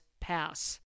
pass